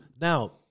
Now